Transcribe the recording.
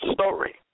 story